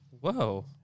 Whoa